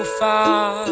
far